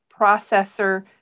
processor